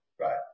right